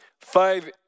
five